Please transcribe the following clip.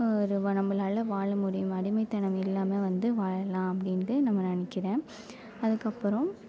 ஒரு நம்மளால வாழ முடியும் அடிமைத்தனம் இல்லாமல் வந்து வாழலாம் அப்படின்டு நம்ம நினைக்கிறேன் அதுக்கப்பறம்